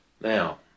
Now